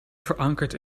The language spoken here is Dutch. verankerd